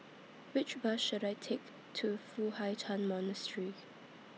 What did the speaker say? Which Bus should I Take to Foo Hai Ch'An Monastery